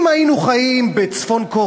אם היינו חיים בצפון-קוריאה,